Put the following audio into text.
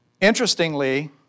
Interestingly